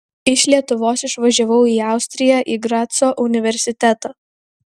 iš lietuvos išvažiavau į austriją į graco universitetą